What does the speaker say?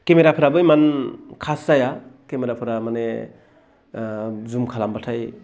केमेराफ्राबो इमान खास जाया केमेराफ्रा माने ओ जुम खालामब्लथाय